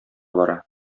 бара